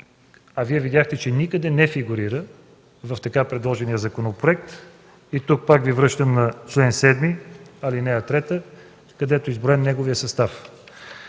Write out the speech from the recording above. а Вие видяхте, че никъде не фигурира в така предложения законопроект. Тук пак Ви връщам на чл. 7, ал. 3, където е изброен неговият състав.